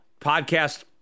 podcast